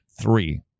Three